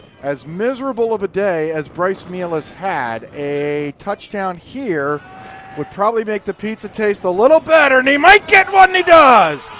as miserable of a day as bryce meehl has had, a touchdown here would probably make the pizza taste a little better. and he might get one, he does.